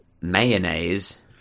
Mayonnaise